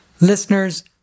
Listeners